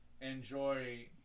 enjoy